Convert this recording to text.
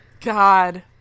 God